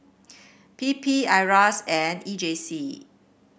P P Iras and E J C